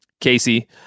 Casey